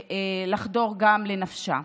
לחדור גם לנפשה.